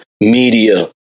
media